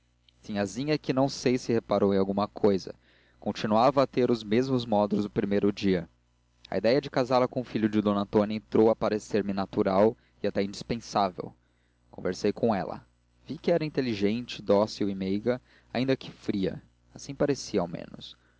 sinhazinha é que não sei se reparou em alguma cousa continuava a ter os mesmos modos do primeiro dia a idéia de casá la com o filho de d antônia entrou a parecer me natural e até indispensável conversei com ela vi que era inteligente dócil e meiga ainda que fria assim parecia ao menos